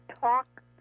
talk